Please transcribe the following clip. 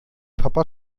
papa